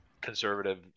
conservative